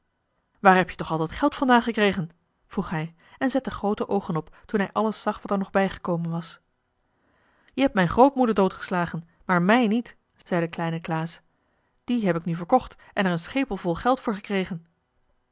waar heb je toch al dat geld vandaan gekregen vroeg hij en zette groote oogen op toen hij alles zag wat er nog bijgekomen was je hebt mijn grootmoeder doodgeslagen maar mij niet zei de kleine klaas die heb ik nu verkocht en er een schepel vol geld voor gekregen